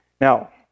Now